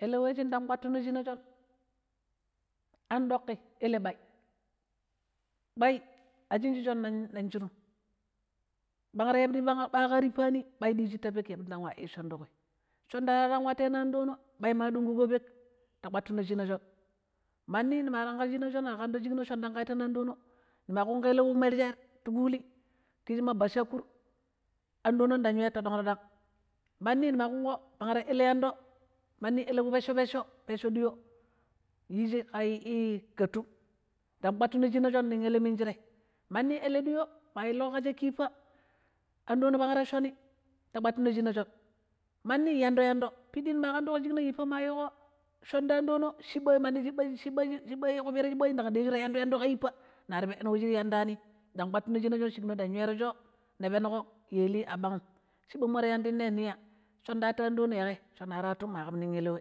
Ele we shin dang kpattu no shina shoon anɗoƙi ɓai, ɓai ashinji shoon non nong shinum, bang ta ya piɗi baaƙa tippani ɓai diji ta peeƙ yafudi ndang wa ishon tuƙi, shon mara ta watteno anɗono ɓai ma ɗunguƙo peeƙ ta kpatuno shina shoon manni nima tanƙo shina shoon nima ƙaantuƙo shikno shoon tanƙo watteno anɗono nima kunƙo ele yu mirje ti ƙuli kiji ma bachakur anɗono ɗang ywero twaɗang-twaɗang mandi nima ƙunƙo bangra ele yando mandi ele wu pecco - pecco pecco ɗuyo yiji ƙa ii gatum ndang kpatuno shina shoon ning ele minjire mandi ele ɗuyo ma illuko ka shaaki yippa andono bangta shoni ta kpattuno shina shon, mandi yando. Yando piɗɗi nima ƙanduƙo shikno yippa ma yiƙo shon ta anɗono shiɓɓa mandi shiɓɓa shiɓɓa ƙupiira shi ɓaaji ndang deju ta yando yando ƙa yippa nari peɗɗuno we shira yandanim, ndang ƙpattuno shina shon shiƙino ndang ywero shoo, ni penuƙo ya ilui a bang'um shiɓɓanmo ta yandinnei niya? Shoon tatu anɗoi yaƙhai shoon aratum ma ƙam nin ele we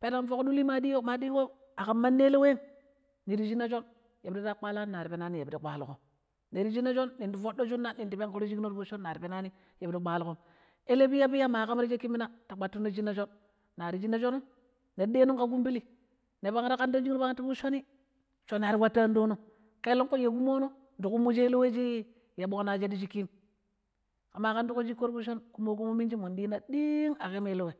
peneng foƙ dul ma ɗiya ma ɗiƙo aƙam mandi wem ninya ta shina shoon yapiɗi ta kpalani na peno piɗi ya piɗi kpalukom, ni ta shina shon ning ndi foɗɗo shunna ning ndi penkro shinkno ti fuɗushoon nari penani ya fudi kpaluƙom, ele piya piya ma ƙam ta cakki mina ta kpatuno shina shoon nari shina shonum nir denon ƙa kumbili banra ƙantan shukno ban ti fushonii shon ar wattu anɗonom keleng ƙui ya kumono ndi ƙumujo ele we shi ya ɓongno a shadu shikim ƙema ƙanduƙo shiko ti fuɗushoon yakumoƙo min minji molina ɗiing a ƙam ele wem.